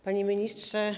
Panie Ministrze!